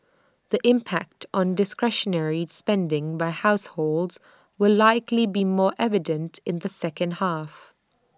the impact on discretionary spending by households will likely be more evident in the second half